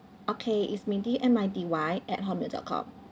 okay it's mindy M I D Y at hotmail dot com